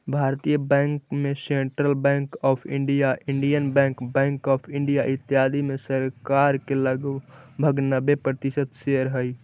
भारतीय बैंक में central bank of India, Indian bank, bank of India, इत्यादि में सरकार के लगभग नब्बे प्रतिशत शेयर हइ